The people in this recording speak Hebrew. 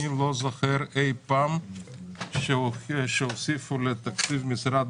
אני לא זוכר שהוסיפו אי פעם לתקציב משרד